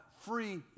free